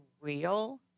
real